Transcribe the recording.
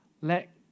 let